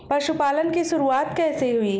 पशुपालन की शुरुआत कैसे हुई?